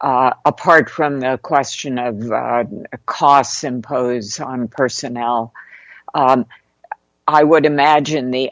apart from the question of the costs imposed on personnel i would imagine the